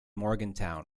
morgantown